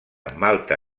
malta